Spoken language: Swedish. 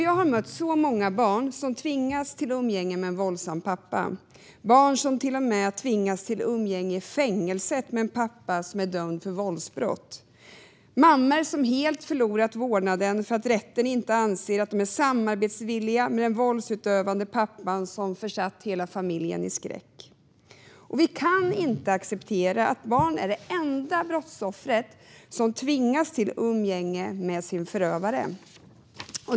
Jag har mött väldigt många barn som tvingas till umgänge med en våldsam pappa, till och med barn som tvingas till umgänge i fängelset med en pappa som är dömd för våldsbrott. Jag har mött mammor som helt förlorat vårdnaden för att rätten inte anser att de är samarbetsvilliga i förhållande till den våldsutövande pappan som försatt hela familjen i skräck. Vi kan inte acceptera att barn är de enda brottsoffer som tvingas till umgänge med sin förövare.